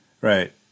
right